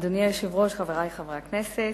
אדוני היושב-ראש, חברי חברי הכנסת,